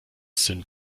sind